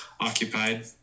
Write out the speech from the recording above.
occupied